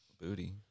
Booty